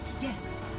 Yes